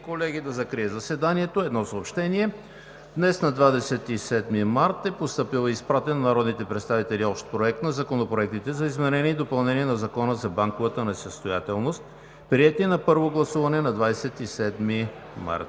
преди да закрия заседанието – едно съобщение: Днес, на 27 март 2019 г. е постъпил и изпратен на народните представители Общ проект на законопроектите за изменение и допълнение на Закона за банковата несъстоятелност, приети на първо гласуване на 27 март